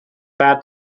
that